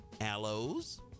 aloes